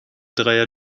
dreier